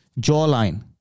jawline